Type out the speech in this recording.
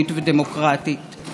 גמר חתימה טובה.